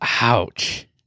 ouch